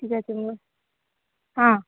ଠିକ୍ ଅଛି ମୁଁ ହଁ